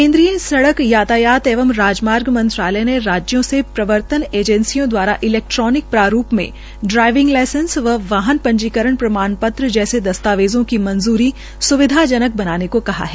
केन्द्रीय सड़क परिवहन और राजमार्ग मंत्रालय ने राज्यों से प्रवर्तन एजेंसियों द्वारा इलेक्ट्रोनिक प्रारूप में ड्राइविंग लाइसेंस और वाहन पंजीकरण प्रमाण पत्र जैसे दस्तावेजों की मंजूरी स्विधाजनक बनाने को कहा है